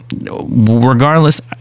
regardless